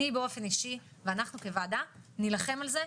אני באופן אישי, ואנחנו כוועדה, נילחם על זה.